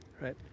right